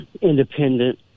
independent